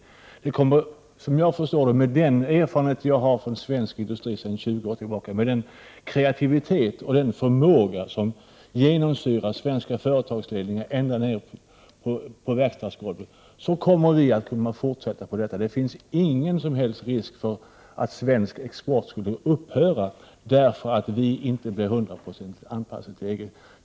1988/89:129 Med den erfarenhet som jag har från svensk industri sedan 20 år tillbaka av den kreativitet och förmåga som genomsyrar svenska företagsledningar och personalen ända ner på verkstadsgolvet tror jag att vi kommer att kunna fortsätta med detta. Det finns ingen som helst risk för att svensk export skulle upphöra därför att vi inte blir 100-procentigt anpassade till EG.